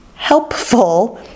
Helpful